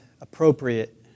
appropriate